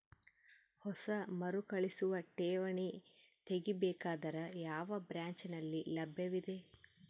ಹೊಸ ಮರುಕಳಿಸುವ ಠೇವಣಿ ತೇಗಿ ಬೇಕಾದರ ಯಾವ ಬ್ರಾಂಚ್ ನಲ್ಲಿ ಲಭ್ಯವಿದೆ?